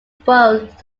both